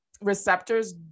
receptors